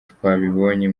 twabibonye